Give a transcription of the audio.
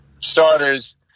starters